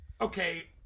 Okay